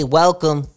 welcome